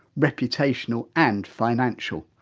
reputational and financial.